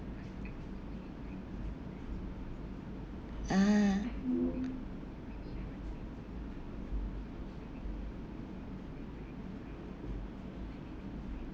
ah